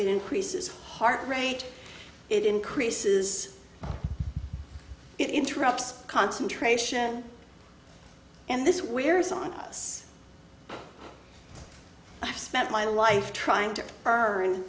increases heart rate it increases it interrupts concentration and this wears on us i've spent my life trying to earn